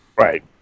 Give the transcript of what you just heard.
Right